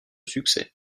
succès